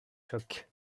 chocs